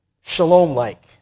shalom-like